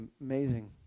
amazing